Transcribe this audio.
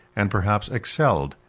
and perhaps excelled,